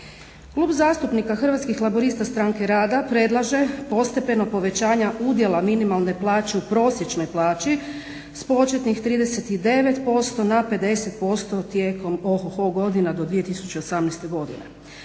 Klub zastupnika Hrvatskih laburista-Stranke rada predlaže postepeno povećanje udjela minimalne plaće u prosječnoj plaći s početnim 39% na 50% tijekom ohoho godina do 2018.godine.